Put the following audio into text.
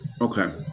Okay